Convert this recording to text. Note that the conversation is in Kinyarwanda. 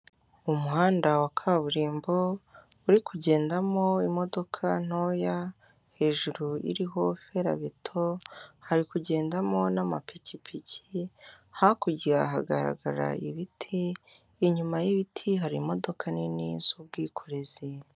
Umuhanda wa kaburimbo uri kugendamo imodoka ntoya, hejuru iriho ferabeto, hari kugendamo n'amapikipiki, hakurya hagaragara ibiti, inyuma y'ibiti hari imodoka nini z'ubwikorezi.